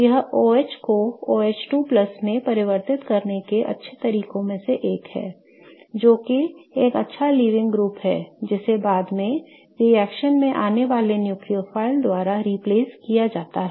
यह OH को OH2 में परिवर्तित करने के अच्छे तरीकों में से एक है जोकि एक अच्छा लीविंग ग्रुप है जिसे बाद में रिएक्शन में आने वाले न्यूक्लियोफाइल द्वारा प्रतिस्थापित किया जाता है